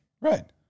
Right